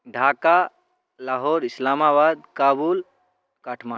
Bharat Sri Lanka Pakistan Nepal Australia